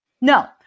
No